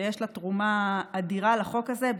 שיש לה תרומה אדירה לחוק הזה,